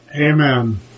Amen